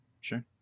sure